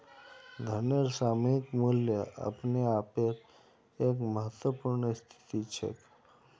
धनेर सामयिक मूल्य अपने आपेर एक महत्वपूर्ण स्थिति छेक